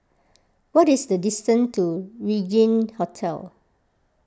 what is the distance to Regin Hotel